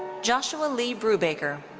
joshua lee brubaker.